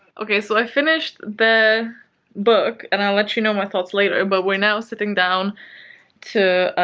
okay, so, i finished the book and i'll let you know my thoughts later, but we're now sitting down to